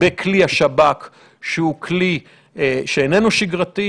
בכלי השב"כ שהוא כלי שאיננו שגרתי.